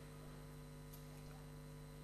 חוק סדר